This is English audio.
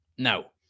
Now